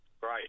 Great